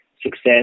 success